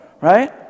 right